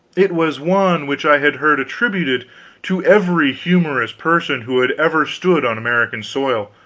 it was one which i had heard attributed to every humorous person who had ever stood on american soil,